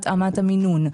המינון.